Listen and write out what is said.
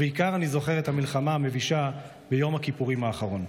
בעיקר אני זוכר את המלחמה המבישה ביום הכיפורים האחרון.